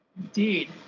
Indeed